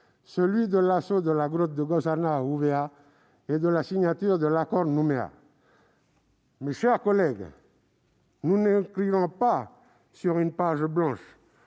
celui de l'assaut de la grotte de Gossanah à Ouvéa et de la signature de l'accord de Nouméa. Mes chers collègues, nous n'écrirons pas sur une page blanche